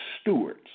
stewards